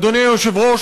אדוני היושב-ראש,